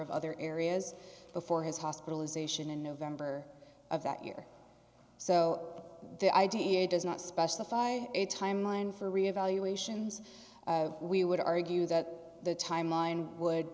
of other areas before his hospitalization in november of that year so the idea here does not specify a timeline for reevaluations we would argue that the timeline would